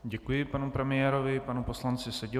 Děkuji panu premiérovi a panu poslanci Seďovi.